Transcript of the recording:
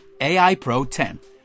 AIPRO10